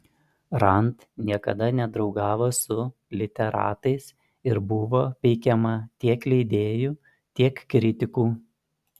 rand niekada nedraugavo su literatais ir buvo peikiama tiek leidėjų tiek kritikų